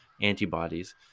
antibodies